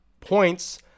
points